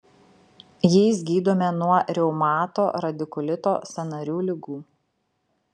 jais gydome nuo reumato radikulito sąnarių ligų